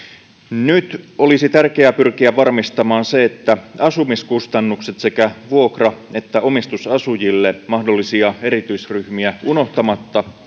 nyt olisi tärkeää pyrkiä varmistamaan se että asumiskustannukset sekä vuokra että omistusasujille mahdollisia erityisryhmiä unohtamatta